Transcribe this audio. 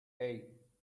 hey